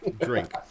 Drink